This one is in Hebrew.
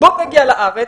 לפני שהוא מגיע לארץ.